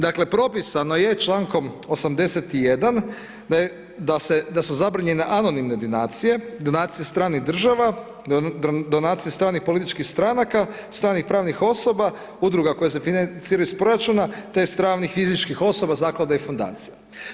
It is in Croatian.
Dakle, propisano je čl. 81. da su zabranjene anonimne donacije, donacije stranih država, donacije stranih političkih stranaka, stranih pravnih osoba, Udruga koje se financiraju iz proračuna, te pravnih i fizičkih osoba, zaklada i fundacija.